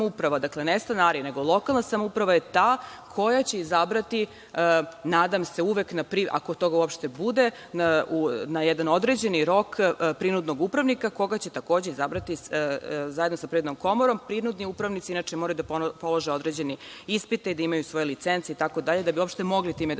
dakle ne stanari, nego lokalna samouprava je ta koja će izabrati, nadam se, uvek, ako toga uopšte bude, na jedan određeni rok prinudnog upravnika, koga će, takođe, izabrati zajedno da Privrednom komorom. Prinudni upravnici moraju da polože određene ispite, da imaju svoje licence itd., da bi uopšte mogli time da